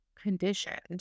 conditioned